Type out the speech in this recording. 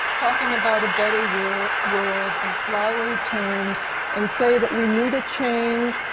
talking about a better world world in flowery terms and say that we need a change,